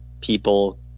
people